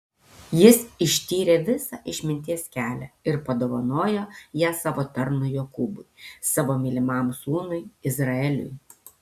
jis ištyrė visą išminties kelią ir padovanojo ją savo tarnui jokūbui savo mylimam sūnui izraeliui